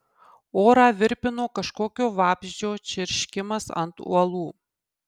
orą virpino kažkokio vabzdžio čirškimas ant uolų